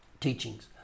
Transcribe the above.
teachings